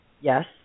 Yes